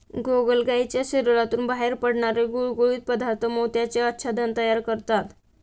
गोगलगायीच्या शरीरातून बाहेर पडणारे गुळगुळीत पदार्थ मोत्याचे आच्छादन तयार करतात